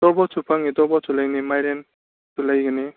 ꯇꯣꯔꯕꯣꯠꯁꯨ ꯐꯪꯉꯤ ꯇꯣꯔꯕꯣꯠꯁꯨ ꯂꯩꯅꯤ ꯃꯥꯏꯔꯦꯟ ꯁꯨ ꯂꯩꯒꯅꯤ